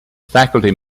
faculty